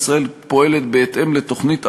כולל יחידות מיוחדות שפועלות גם בתוך המגזר